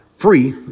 free